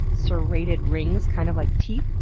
serrated rings, kind of like teeth,